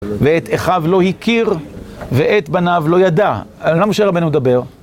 ואת אחיו לא הכיר, ואת בניו לא ידע. על מה משה רבנו מדבר?